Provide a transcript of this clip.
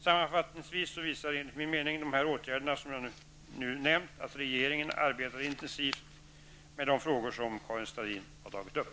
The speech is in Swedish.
Sammanfattningvis visar, enligt min mening, de åtgärder som jag nu nämnt att regeringen arbetar intensivt med de frågor som Karin Starrin tagit upp.